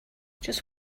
just